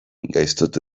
gaiztotu